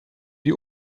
die